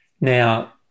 Now